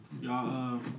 Y'all